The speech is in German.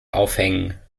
aufhängen